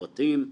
פרטים.